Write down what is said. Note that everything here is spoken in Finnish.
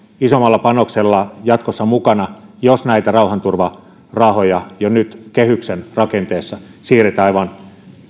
isommalla panoksella jatkossa mukana jos näitä rauhanturvarahoja jo nyt kehyksen rakenteessa siirretään aivan